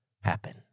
happen